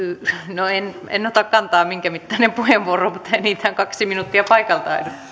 no en en ota kantaa minkä mittainen puheenvuoro mutta enintään kaksi minuuttia paikaltaan